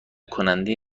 کننده